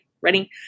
Ready